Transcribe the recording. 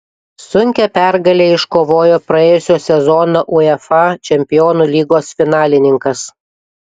sunkią pergalę iškovojo praėjusio sezono uefa čempionų lygos finalininkas